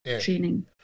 training